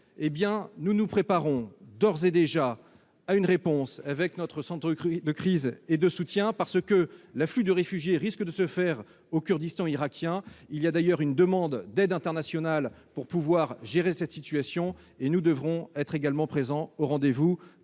nous nous préparons d'ores et déjà à une réponse avec notre centre de crise et de soutien. Un afflux de réfugiés risque de se produire au Kurdistan irakien. Une demande d'aide internationale a été formulée pour pouvoir gérer cette situation. Nous devrons être également présents au rendez-vous